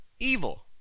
evil